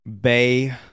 bay